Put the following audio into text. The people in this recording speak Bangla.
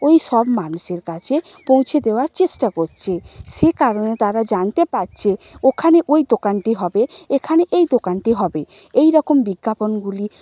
ওই সব মানুষের কাছে পৌঁছে দেওয়ার চেষ্টা করছে সে কারণে তারা জানতে পাচ্ছে ওখানে ওই দোকানটি হবে এখানে এই দোকানটি হবে এই রকম বিজ্ঞাপনগুলি